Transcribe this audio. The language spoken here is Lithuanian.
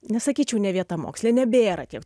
nesakyčiau ne vieta moksle nebėra tiek